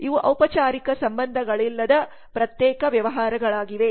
ಇವು ಔಪಚಾರಿಕ ಸಂಬಂಧಗಳಿಲ್ಲದ ಪ್ರತ್ಯೇಕ ವ್ಯವಹಾರಗಳಾಗಿವೆ